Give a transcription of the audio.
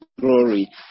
glory